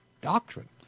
doctrine